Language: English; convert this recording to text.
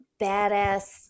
badass